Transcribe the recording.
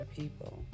people